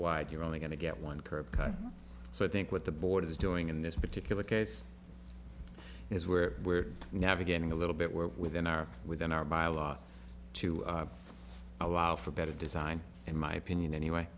wide you're only going to get one curb cut so i think what the board is doing in this particular case here's where we're navigating a little bit where within our within our bylaw to allow for better design in my opinion anyway